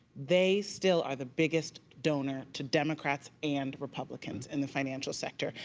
they still are the biggest donor to democrats and republicans in the financial sector.